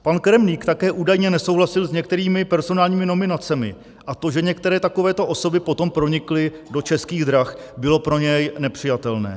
Pan Kremlík také údajně nesouhlasil s některými personálními nominacemi a to, že některé takovéto osoby potom pronikly do Českých drah, bylo pro něj nepřijatelné.